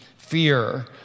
fear